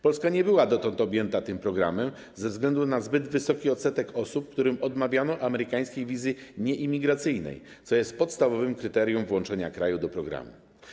Polska nie była dotąd objęta tym programem ze względu na zbyt wysoki odsetek osób, którym odmawiano amerykańskiej wizy nieimigracyjnej, co jest podstawowym kryterium włączenia kraju do programu.